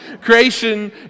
Creation